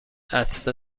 عطسه